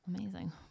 amazing